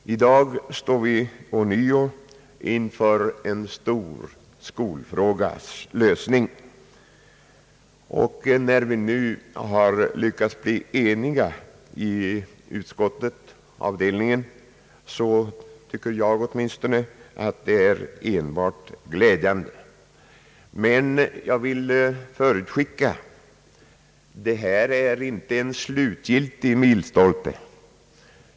I dag står vi åter inför en ny skolfrågas lösning. När vi nu har lyckats bli ense i utskottsavdelningen, så anser åtminstone jag att det enbart är glädjande. Jag vill emellertid förutskicka att det här inte är den sista milstolpen.